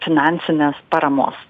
finansinės paramos